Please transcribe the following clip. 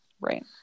Right